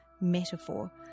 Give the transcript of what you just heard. metaphor